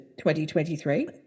2023